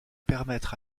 permettre